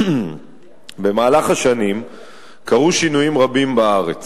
במהלך השנים קרו שינויים רבים בארץ